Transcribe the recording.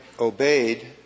obeyed